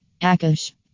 Akash